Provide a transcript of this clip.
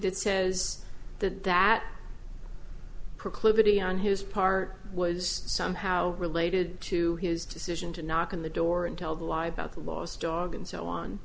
that says that that proclivity on his part was somehow related to his decision to knock on the door and tell the live about the lost dog and so on